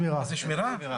מ-2011.